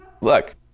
Look